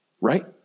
Right